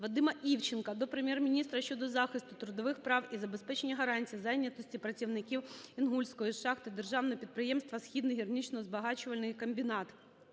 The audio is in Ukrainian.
Вадима Івченка до Прем'єр-міністра щодо захисту трудових прав і забезпечення гарантій зайнятості працівників Інгульської шахти Державного підприємства "Східний гірничо-збагачувальний комбінат".